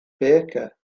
baker